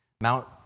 Mount